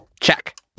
Check